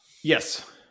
Yes